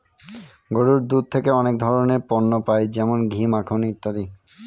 গরুর দুধ থেকে অনেক ধরনের পণ্য পাই যেমন ঘি, মাখন ইত্যাদি